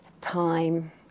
time